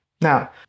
Now